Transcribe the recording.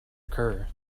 occur